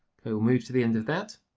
move to the end of that,